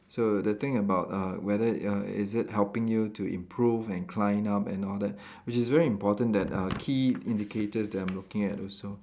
so the thing about uh whether uh is it helping you to improve and climb up and all that which is very important that uh key indicators that I'm looking at also